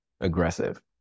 Aggressive